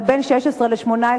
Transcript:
אבל בין 16 ל-18,